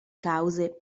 cause